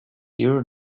your